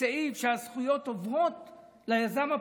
סעיף שלפיו הזכויות עוברות ליזם הפרטי,